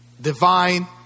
Divine